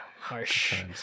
Harsh